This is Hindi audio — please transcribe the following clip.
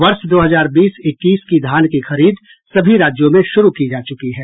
वर्ष दो हजर बीस इक्कीस की धान की खरीद सभी राज्यों में शुरू की जा चुकी है